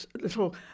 little